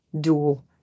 dual